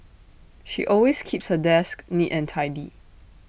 she always keeps her desk neat and tidy